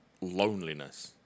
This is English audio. loneliness